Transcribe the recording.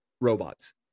robots